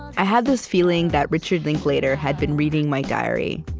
i had this feeling that richard linklater had been reading my diary.